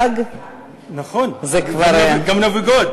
הוא כבר דיבר בעצם,